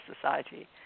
Society